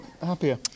happier